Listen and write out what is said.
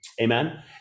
amen